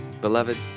Beloved